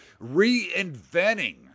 reinventing